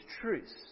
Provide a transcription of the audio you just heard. truths